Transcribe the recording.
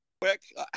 Quick